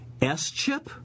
SCHIP